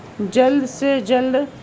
جلد سے جلد